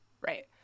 right